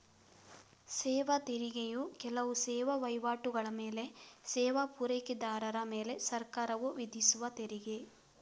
ಸೇವಾ ತೆರಿಗೆಯು ಕೆಲವು ಸೇವಾ ವೈವಾಟುಗಳ ಮೇಲೆ ಸೇವಾ ಪೂರೈಕೆದಾರರ ಮೇಲೆ ಸರ್ಕಾರವು ವಿಧಿಸುವ ತೆರಿಗೆ